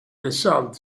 result